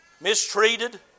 mistreated